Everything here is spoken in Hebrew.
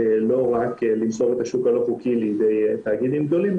לא רק למסור את השוק הלא חוקי לידי תאגידים גדולים,